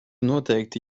noteikti